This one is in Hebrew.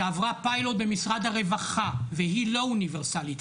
שעברה פיילוט במשרד הרווחה והיא לא אוניברסאלית,